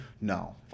No